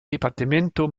departamento